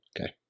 Okay